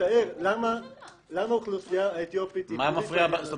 לתאר למה האוכלוסייה האתיופית --- זאת